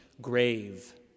grave